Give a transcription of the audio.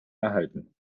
erhalten